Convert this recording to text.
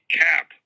cap